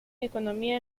economía